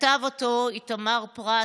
כתב אותו איתמר פרת.